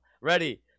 Ready